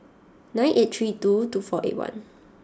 nine eight three two two four eight one